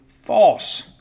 false